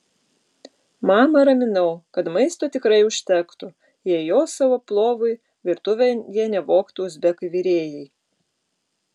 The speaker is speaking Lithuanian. mamą raminau kad maisto tikrai užtektų jei jo savo plovui virtuvėje nevogtų uzbekai virėjai